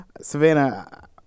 Savannah